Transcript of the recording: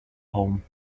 home